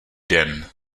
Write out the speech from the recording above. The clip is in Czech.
den